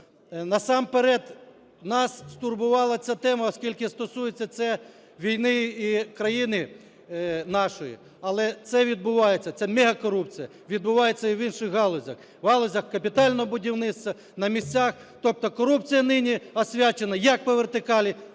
насамперед нас стурбувала ця тема, оскільки стосується це війни і країни нашої, але це відбувається, цямегакорупція, відбувається і в інших галузях: в галузях капітального будівництва, на місцях. Тобто корупція нині освячена, як по вертикалі,